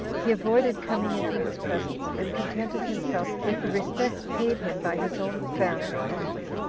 he avoided coming into his presence, and contented himself with the respects paid him by his own family only.